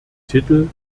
titel